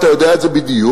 אתה יודע את זה בדיוק,